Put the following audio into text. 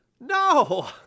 No